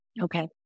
Okay